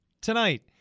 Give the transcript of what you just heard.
tonight